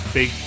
Big